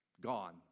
gone